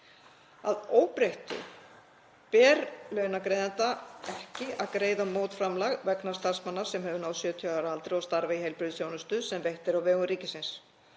Að óbreyttu ber launagreiðanda ekki að greiða mótframlag vegna starfsmanna sem hafa náð 70 ára aldri og starfa í heilbrigðisþjónustu sem veitt er á vegum ríkisins